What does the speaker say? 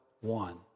one